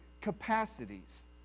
capacities